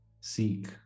seek